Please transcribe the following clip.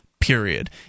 Period